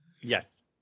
yes